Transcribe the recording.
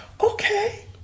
okay